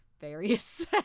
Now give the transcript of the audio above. various